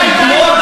אתם כמו,